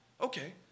Okay